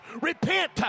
Repent